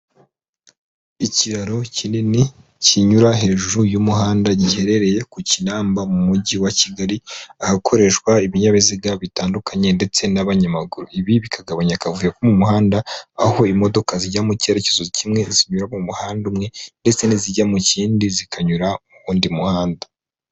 Ikiraro kinini kinyura hejuru y'umuhanda giherereye ku kinamba mu mujyi wa kigali; ahakoreshwa ibinyabiziga bitandukanye ndetse n'abanyamaguru; ibi bikagabanya akavuyo mu muhanda, aho imodoka zijya mu cyerekezo kimwe zinyura mu muhanda umwe ndetse n'izijya mu kindi zikanyura mu wundi muhanda.